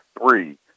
three